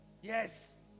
Yes